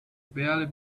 barely